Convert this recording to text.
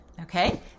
okay